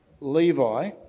Levi